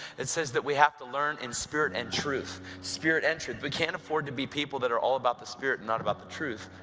it says that we have to learn in spirit and truth spirit and truth. we can't afford to be people that are all about the spirit and not about the truth.